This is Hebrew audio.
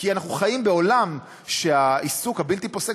אנחנו חיים בעולם שהעיסוק הבלתי-פוסק